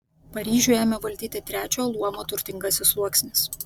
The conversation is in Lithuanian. paryžių ėmė valdyti trečiojo luomo turtingasis sluoksnis